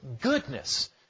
Goodness